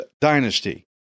dynasty